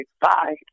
bye